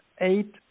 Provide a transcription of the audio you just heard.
eight